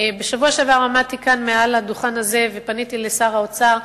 בשבוע שעבר עמדתי כאן על הדוכן הזה ופניתי לשר האוצר.